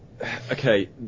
okay